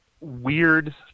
weird